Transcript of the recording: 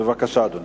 בבקשה, אדוני.